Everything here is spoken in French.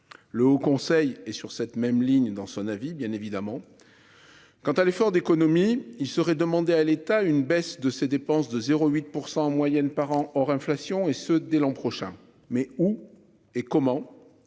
Le Haut conseil et sur cette même ligne dans son avis, bien évidemment. Quant à l'effort d'économies il serait demandé à l'État une baisse de ses dépenses de 0 8 % en moyenne par an hors inflation et ce dès l'an prochain mais où et comment.